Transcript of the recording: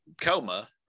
coma